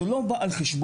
זה לא בא על חשבון,